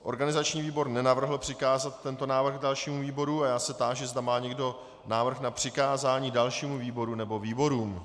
Organizační výbor nenavrhl přikázat tento návrh dalšímu výboru a já se táži, zda má někdo návrh na přikázání dalšímu výboru nebo výborům.